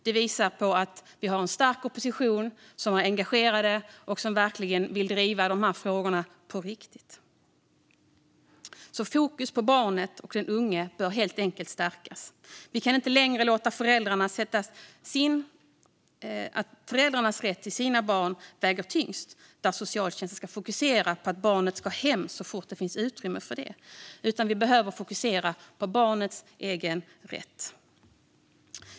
Det visar att vi har en stark opposition, som är engagerad och verkligen vill driva dessa frågor på riktigt. Fokus på barnet och den unge bör helt enkelt stärkas. Vi kan inte längre låta föräldrarnas rätt till sina barn väga tyngst, och socialtjänsten ska inte fokusera på att barnet ska hem så fort det finns utrymme för det. Vi behöver i stället fokusera på barnets egen rätt.